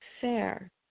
fair